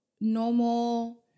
normal